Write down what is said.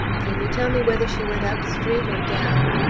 can you tell me whether she went up street or down?